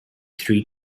three